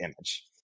image